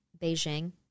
Beijing